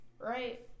right